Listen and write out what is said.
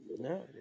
no